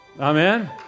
Amen